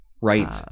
Right